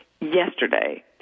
yesterday